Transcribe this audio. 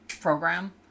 program